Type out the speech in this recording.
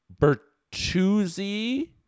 Bertuzzi